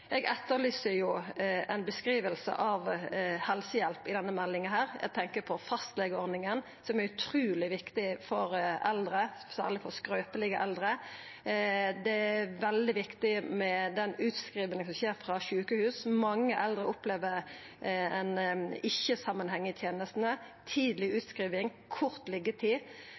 Eg etterlyser ei beskriving av helsehjelp i denne meldinga. Eg tenkjer på fastlegeordninga, som er utruleg viktig for eldre, særleg skrøpelege eldre. Det er veldig viktig med den utskrivinga som skjer frå sjukehus. Mange eldre opplever at det ikkje er samanheng i tenestene, med tidleg utskriving og kort